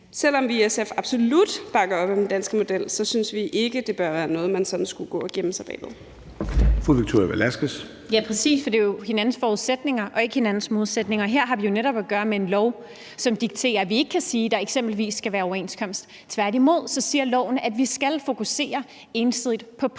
selv om vi i SF absolut bakker op om den danske model, synes vi ikke, det bør være noget, man sådan skulle gå og gemme sig bag ved. Kl. 13:28 Formanden (Søren Gade): Fru Victoria Velasquez. Kl. 13:28 Victoria Velasquez (EL): Præcis, for det er jo hinandens forudsætninger og ikke hinandens modsætninger. Her har vi jo netop at gøre med en lov, som dikterer, at vi ikke kan sige, at der eksempelvis skal være en overenskomst. Tværtimod siger loven, at vi skal fokusere ensidigt på pris, og